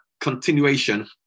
continuation